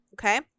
okay